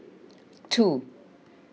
two